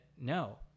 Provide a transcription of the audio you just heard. no